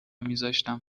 میذاشتم